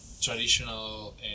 traditional